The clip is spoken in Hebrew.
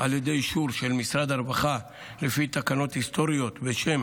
על ידי אישור של משרד הרווחה לפי תקנות היסטוריות בשם